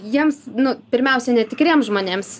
jiems nu pirmiausia netikriem žmonėms